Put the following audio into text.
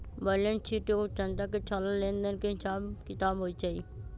balance sheet एगो संस्था के सारा लेन देन के हिसाब किताब होई छई